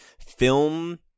film